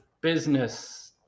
business